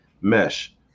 mesh